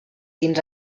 dins